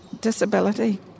disability